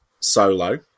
Solo